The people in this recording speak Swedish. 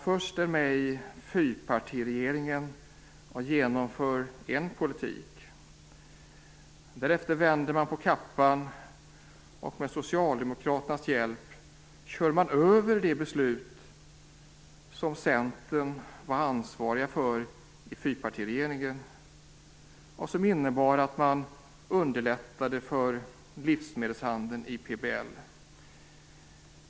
Först är man med i fyrpartiregeringen och genomför en politik, därefter vänder man på kappan och kör med Socialdemokraternas hjälp över de beslut som Centern var ansvarigt för i fyrpartiregeringen som innebar att man i PBL underlättade för livsmedelshandeln.